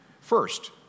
First